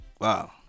Wow